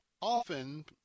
often